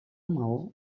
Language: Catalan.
maó